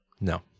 No